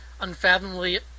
unfathomably